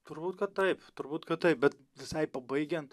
turbūt kad taip turbūt kad taip bet visai pabaigiant